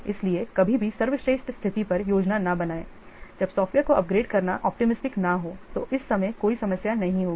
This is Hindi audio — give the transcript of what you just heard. इसलिए कभी भी सर्वश्रेष्ठ स्थिति पर योजना न बनाएं जब सॉफ़्टवेयर को अपग्रेड करना ऑप्टिमिस्टिक न हो तो इस समय कोई समस्या नहीं होगी